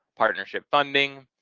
partnership funding,